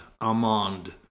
amand